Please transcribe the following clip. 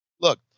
Look